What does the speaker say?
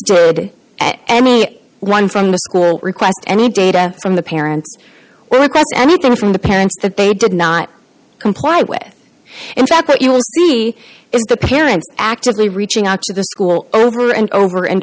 at any one from the school request any data from the parents or request anything from the parents that they did not comply with in fact what you will see is the parent actively reaching out to the school over and over and